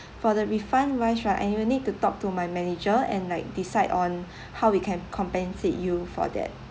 for the refund wise right I will need to talk to my manager and like decide on how we can compensate you for that